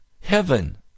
heaven